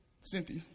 Cynthia